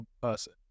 person